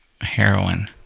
heroin